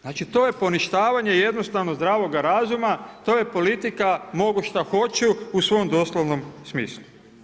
Znači to je poništavanje jednostavno zdravoga razuma, to je politika mogu šta hoću u svom doslovnom smislu.